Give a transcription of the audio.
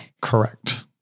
Correct